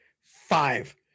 Five